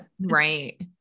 Right